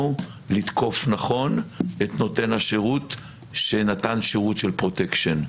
לתקוף נכון את נותן השירות שנתן שירות של פרוטקשן.